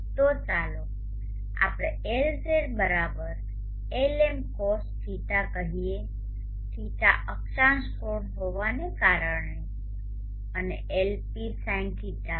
તો ચાલો આપણે Lz Lm cosϕ કહીએ ϕ અક્ષાંશ કોણ હોવાને કારણે અને Lp sinϕ પણ